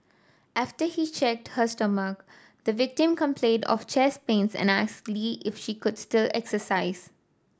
after he checked her stomach the victim complained of chest pains and asked Lee if she could still exercise